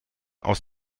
aus